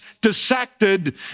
dissected